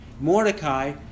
Mordecai